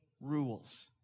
rules